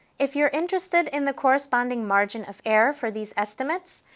if you are interested in the corresponding margin of error for these estimates,